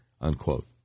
unquote